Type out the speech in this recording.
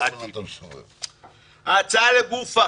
ההצעה לגופה,